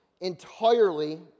entirely